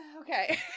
Okay